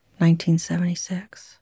1976